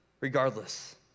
regardless